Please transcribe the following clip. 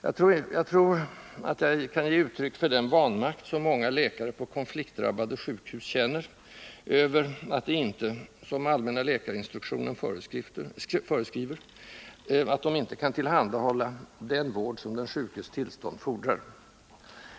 Jag tror att jag kan ge uttryck för den vanmakt som många läkare på konfliktdrabbade sjukhus känner över att de nu inte, som allmänna läkarinstruktionen föreskriver, kan tillhandahålla ”den vård som den sjukes tillstånd fordrar”.